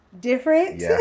different